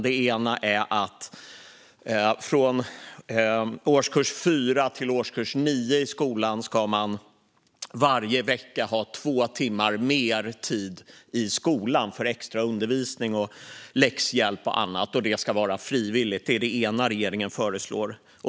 Den ena är att från årskurs 4 till årskurs 9 i skolan ska man varje vecka ha två timmar mer tid i skolan för extra undervisning, läxhjälp och annat, och det ska vara frivilligt. Det är det ena som regeringen föreslår.